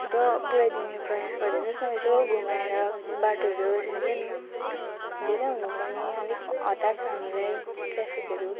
छिटो पुऱ्याइदिने प्रयास गरिदिनुहोस् न यसो घुमाएर बाटोहरू सान सानो धेरै हुनुपर्ने अलिक हतार छ हामीलाई ट्रेफिकहरू